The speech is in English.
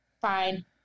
fine